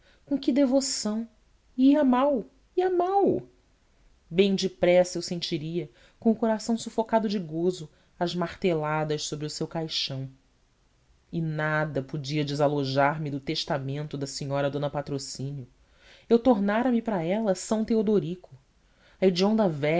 com que devoção e ia mal ia mal bem depressa eu sentiria com o coração sufocado de gozo as marteladas sobre o seu caixão e nada podia desalojar me do testamento da senhora dona patrocínio eu tornara me para ela são teodorico a